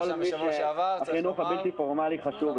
מי שהחינוך הבלתי פורמלי חשוב לו.